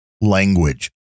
language